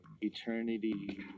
eternity